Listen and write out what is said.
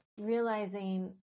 realizing